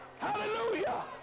Hallelujah